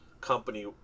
company